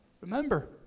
remember